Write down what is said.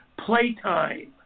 playtime